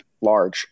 large